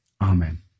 Amen